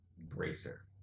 bracer